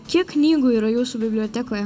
kiek knygų yra jūsų bibliotekoje